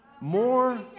More